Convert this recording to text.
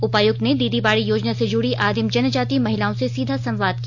उपायुक्त ने दीदी बाड़ी योजना से जुड़ी आदिम जनजाति महिलाओं से सीधा संवाद किया